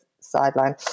sideline